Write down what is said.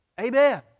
Amen